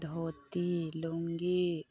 धोती lungi